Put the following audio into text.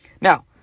Now